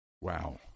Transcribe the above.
Wow